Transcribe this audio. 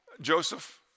Joseph